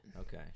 okay